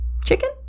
Chicken